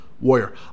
warrior